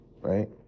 right